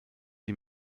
die